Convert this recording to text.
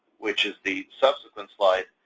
which is the subsequent slide,